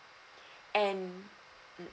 and mm